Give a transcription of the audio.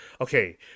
okay